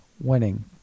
winning